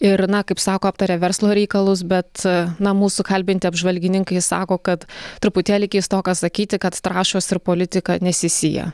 ir na kaip sako aptaria verslo reikalus bet na mūsų kalbinti apžvalgininkai sako kad truputėlį keistoka sakyti kad trąšos ir politika nesisiję